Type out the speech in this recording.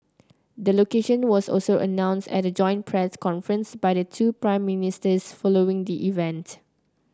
the location was also announced at a joint press conference by the two Prime Ministers following the event